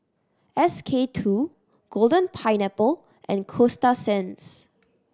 S K Two Golden Pineapple and Coasta Sands